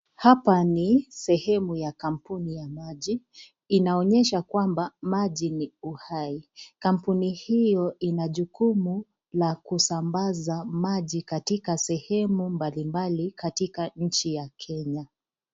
Hapa ni sehemu ya kampuni ya maji, inaonyesha kwamba maji ni uhai. Kampuni hio ina jukumu la kusabaza maji katika sehemu mbalimbali katika nchi ya Kenya.